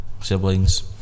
siblings